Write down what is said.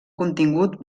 contingut